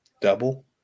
Double